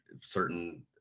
certain